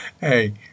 Hey